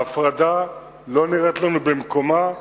ההפרדה לא נראית לנו במקומה,